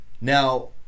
Now